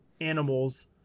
animals